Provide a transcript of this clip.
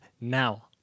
Now